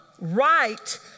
right